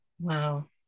Wow